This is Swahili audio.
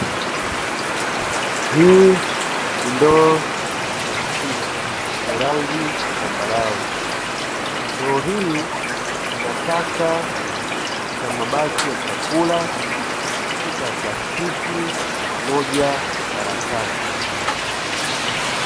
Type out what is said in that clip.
Hii ni ndoo ya plastiki yenye rangi ya dhambarau, ndoo hii ina taka za mabaki ya chakula, chupa ya plastiki pamoja na karatasi.